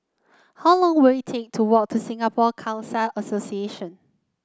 how long will it take to walk to Singapore Khalsa Association